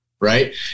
Right